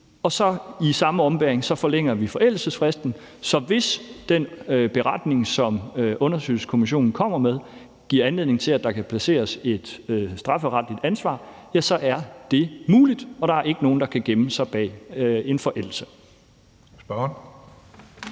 – og i samme ombæring forlænger vi forældelsesfristen. Så hvis den beretning, som undersøgelseskommissionen kommer med, giver anledning til, at der kan placeres et strafferetligt ansvar, så er det muligt, og der er ikke nogen, der kan gemme sig bag en forældelse.